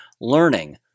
learning